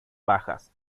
bajas